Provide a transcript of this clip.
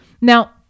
Now